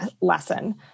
lesson